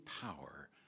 power